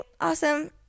awesome